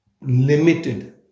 limited